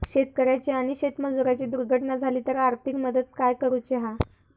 शेतकऱ्याची आणि शेतमजुराची दुर्घटना झाली तर आर्थिक मदत काय करूची हा?